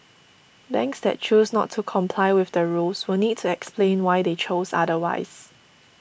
banks that choose not to comply with the rules will need to explain why they chose otherwise